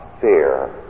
fear